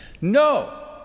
No